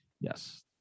yes